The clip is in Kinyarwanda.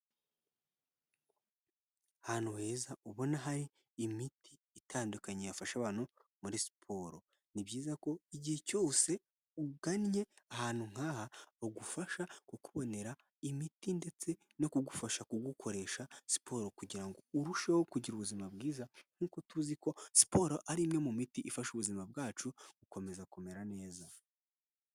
Hantu heza ubona hari imiti itandukanye yafasha abantu muri siporo, ni byiza ko igihe cyose ugannye ahantu nk'ha bagufasha ku kukubonera imiti ndetse no kugufasha kugukoresha siporo kugirango urusheho kugira ubuzima bwiza nkuko tuzi ko siporo ari imwe mu miti ifasha ubuzima bwacu gukomeza kumera neza.